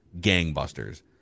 gangbusters